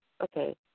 okay